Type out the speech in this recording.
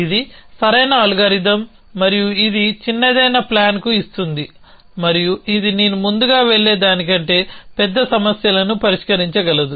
ఇది సరైన అల్గోరిథం మరియు ఇది చిన్నదైన ప్లాన్కు ఇస్తుంది మరియు ఇది నేను ముందుగా వెళ్లే దానికంటే పెద్ద సమస్యలను పరిష్కరించగలదు